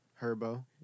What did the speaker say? Herbo